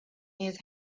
his